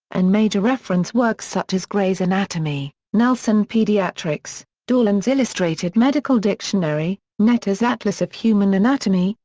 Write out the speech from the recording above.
and major reference works such as gray's anatomy, nelson pediatrics, dorland's illustrated medical dictionary, netter's atlas of human anatomy,